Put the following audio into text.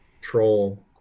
troll